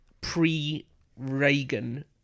pre-Reagan